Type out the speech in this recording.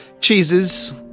cheeses